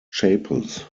chapels